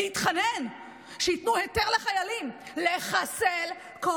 להתחנן שייתנו היתר לחיילים לחסל כל